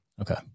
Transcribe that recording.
Okay